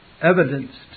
evidenced